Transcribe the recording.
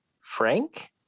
Frank